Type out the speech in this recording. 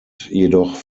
jedoch